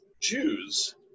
Jews